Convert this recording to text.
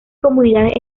comunidades